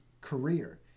career